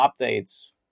updates